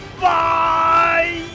Bye